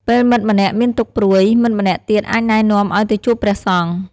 ពេលមិត្តម្នាក់មានទុក្ខព្រួយ មិត្តម្នាក់ទៀតអាចណែនាំឲ្យទៅជួបព្រះសង្ឃ។